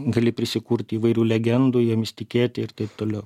gali prisikurti įvairių legendų jomis tikėti ir taip toliau